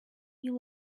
you